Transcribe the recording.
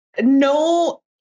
no